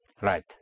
Right